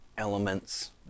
elements